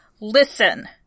Listen